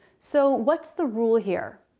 so what's the rule here?